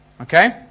Okay